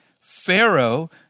Pharaoh